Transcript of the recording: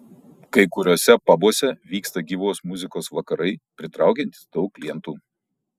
kai kuriuose pabuose vyksta gyvos muzikos vakarai pritraukiantys daug klientų